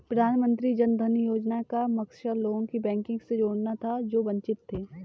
प्रधानमंत्री जन धन योजना का मकसद लोगों को बैंकिंग से जोड़ना था जो वंचित थे